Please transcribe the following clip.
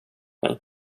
mig